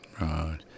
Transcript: Right